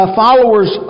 followers